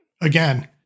again